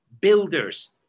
builders